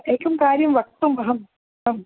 एकं कार्यं वक्तुम् अहम् आम्